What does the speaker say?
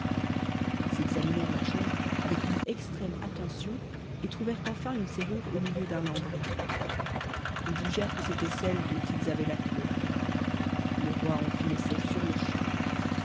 ils examinèrent la chambre avec une extrême attention et trouvèrent enn une serrure au milieu d'un lambris ils jugèrent que c'était cellé dont ils avaient la clef le roi en